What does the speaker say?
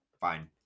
Fine